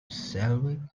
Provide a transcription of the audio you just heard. schleswig